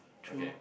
okay